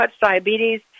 diabetes